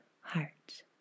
heart